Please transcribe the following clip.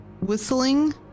whistling